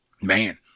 Man